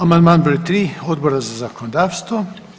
Amandman broj 3. Odbora za zakonodavstvo.